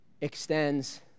extends